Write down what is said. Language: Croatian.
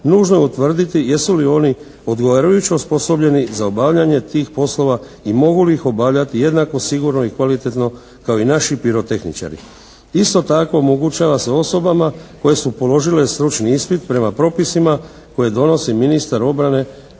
nužno je utvrditi jesu li oni odgovarajuće osposobljeni za obavljanje tih poslova i mogu li ih obavljati jednako sigurno i kvalitetno kao i naši pirotehničari. Isto tako omogućava se osobama koje su položile stručni ispit prema propisima koje donosi ministar obrane